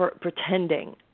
pretending